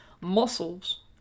muscles